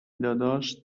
داداش